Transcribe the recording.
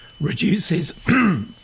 reduces